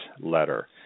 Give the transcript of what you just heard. letter